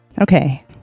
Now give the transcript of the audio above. okay